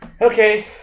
Okay